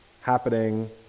happening